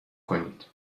کنید